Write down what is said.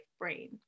brain